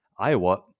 Iowa